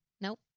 Nope